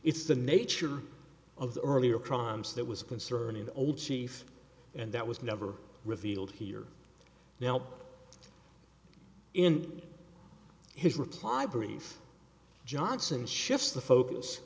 it's the nature of the earlier crimes that was concerning the old chief and that was never revealed here now in his reply brief johnson shifts the focus